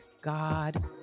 God